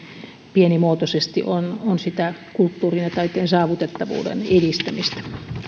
pienimuotoisesti on on sitä kulttuurin ja taiteen saavutettavuuden edistämistä